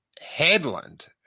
Headland